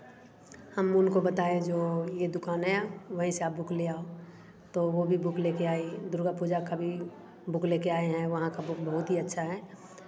हम उनको बताए जो यह दुकान है वहीं से आप बुक ले आओ तो वह भी बुक लेकर आई दुर्गा पूजा का भी बुक लेकर आए हैं वहाँ का बुक बहुत अच्छा है